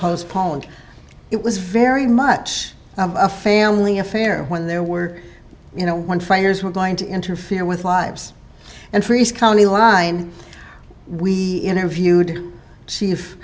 postponed it was very much a family affair when there were you know when fires were going to interfere with lives and trees county line we interviewed chief